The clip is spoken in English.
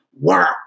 work